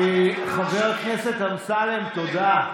חבר הכנסת אמסלם, תודה.